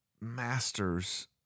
masters